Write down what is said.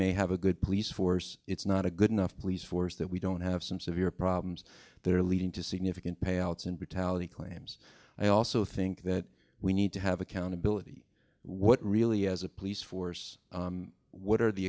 may have a good police force it's not a good enough police force that we don't have some severe problems that are leading to significant payouts and brutality claims i also think that we need to have accountability what really as a police force what are the